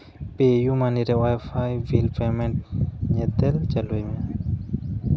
ᱯᱮ ᱤᱭᱩᱢᱟᱹᱱᱤ ᱨᱮ ᱳᱭᱟᱭᱯᱷᱟᱭ ᱵᱤᱞ ᱯᱮᱢᱮᱱᱴ ᱧᱮᱛᱮᱫ ᱪᱟᱹᱞᱩᱭ ᱢᱮ